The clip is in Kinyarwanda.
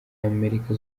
amerika